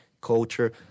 culture